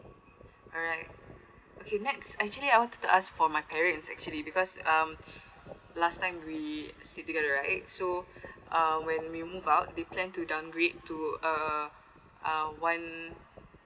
alright okay next actually I wanted to ask for my parents actually because um last time we stay together right so uh when we move out they plan to downgrade to a a one